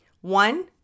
One